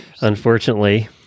Unfortunately